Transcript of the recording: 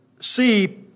see